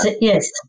yes